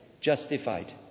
Justified